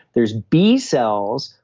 there's b cells,